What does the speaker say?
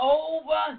over